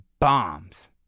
bombs